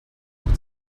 auch